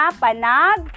panag